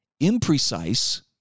imprecise